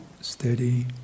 steady